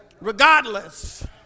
Regardless